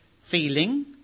feeling